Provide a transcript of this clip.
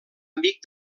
amic